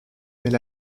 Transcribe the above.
mais